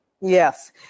Yes